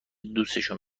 دوسشون